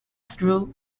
through